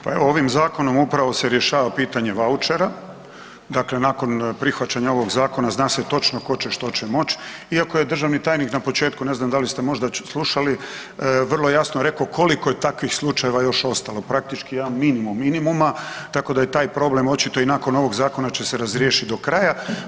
Pa evo ovim zakonom upravo se rješava pitanje vaučera, dakle nakon prihvaćanja ovog zakona, zna se točno tko će, što će moći iako je državni tajnik na početku, ne znam da li ste možda slušali, vrlo jasno rekao koliko je takvih slučajeva još ostalo, praktički jedan minimum minimuma, tako da je taj problem očito i nakon ovog zakona će se razriješiti do kraja.